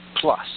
plus